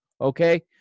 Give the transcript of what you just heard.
okay